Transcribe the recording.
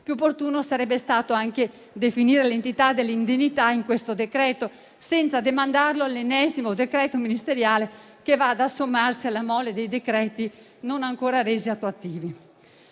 Più opportuno sarebbe stato definire l'entità dell'indennità in questo decreto senza demandarlo all'ennesimo decreto ministeriale, che va ad assommarsi alla mole dei decreti non ancora resi attuativi.